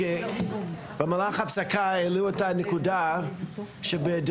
במהלך ההפסקה העלו את הנקודה שבדירקטיבה